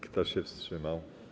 Kto się wstrzymał?